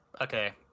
Okay